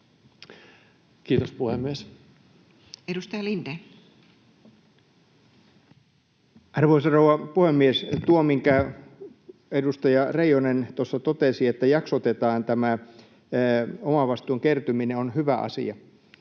Kiitos, puhemies. Edustaja Lindén. Arvoisa rouva puhemies! Tuo, minkä edustaja Reijonen tuossa totesi, että jaksotetaan tämä omavastuun kertyminen, on hyvä asia.